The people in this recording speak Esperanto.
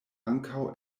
ankaŭ